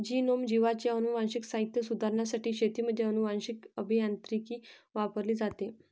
genome, जीवांचे अनुवांशिक साहित्य सुधारण्यासाठी शेतीमध्ये अनुवांशीक अभियांत्रिकी वापरली जाते